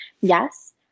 Yes